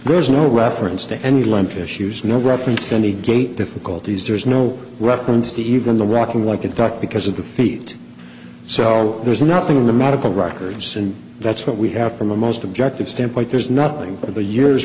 there's no reference to any lunch issues no reference to any great difficulties there's no reference to even the rocking like a duck because of the feet so there's nothing in the medical records and that's what we have from the most objective standpoint there's nothing but the years